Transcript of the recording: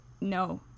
No